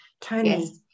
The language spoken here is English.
Tony